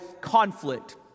conflict